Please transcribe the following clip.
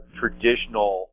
traditional